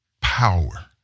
Power